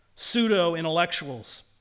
Pseudo-intellectuals